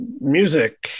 music